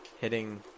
hitting